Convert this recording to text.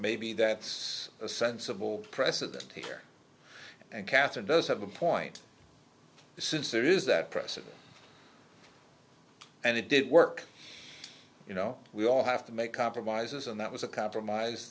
maybe that's a sensible precedent here and catherine does have a point since there is that process and it did work you know we all have to make compromises and that was a compromise